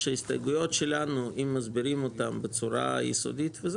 שההסתייגויות שלנו אם מסבירים אותם בצורה היסודית.